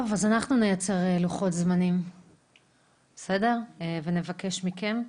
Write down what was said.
טוב, אז אנחנו נייצר לוחות זמנים ונבקש מכם.